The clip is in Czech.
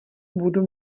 budu